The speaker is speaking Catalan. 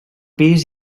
pis